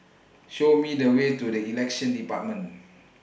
Show Me The Way to The Elections department